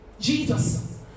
Jesus